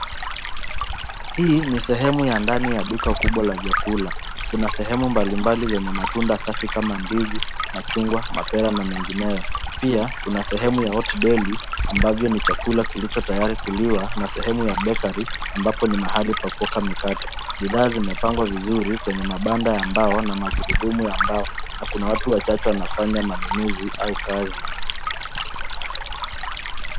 Hii ni sehemu ya ndani ya duka kubwa la vyakula, kuna sehemu mbalimbali zenye matunda safi kama ndizi, machungwa, mapera na mengineyo. Pia kuna sehemu ya hot deli ambavyo ni chakula kilicho tayari kuliwa na sehemu ya bakery ambapo ni pahali pa kuoka mikate. Bidhaa zimepangwa vizuri kwenye mabanda ya mbao na magurudumu ya mbao na kuna watu wachache wanafanya manununuzi au kazi.